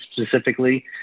specifically